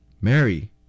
Mary